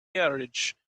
carriage